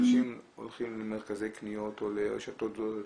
אנשים הולכים למרכזי קניות או לרשתות זולות,